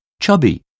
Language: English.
chubby